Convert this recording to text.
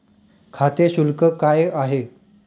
खाते शुल्क काय आहे?